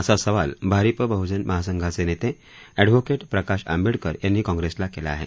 असा सवाल भारिप बहुजन महासंघाचे नेते अछिहोकेट प्रकाश आंबेडकर यांनी काँग्रेसला केला आहे